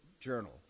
journal